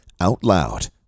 OUTLOUD